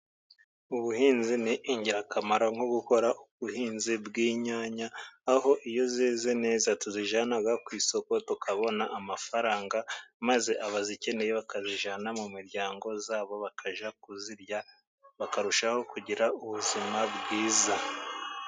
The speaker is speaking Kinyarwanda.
Ubuhinzi ni ingirakamaro nko gukora ubuhinzi bw'inyanya, aho iyo zeze neza tuzijyana ku isoko, tukabona amafaranga, maze abazikeneye bakazijyana mu miryango yabo bakajya kuzirya ,bakarushaho kugira ubuzima bwiza.